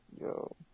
Yo